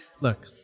look